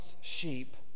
sheep